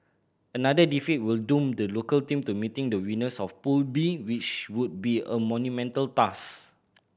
another defeat will doom the local team to meeting the winners of Pool B which would be a monumental task